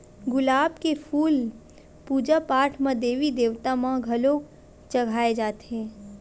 गुलाब के फूल पूजा पाठ म देवी देवता म घलो चघाए जाथे